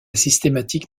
systématique